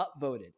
upvoted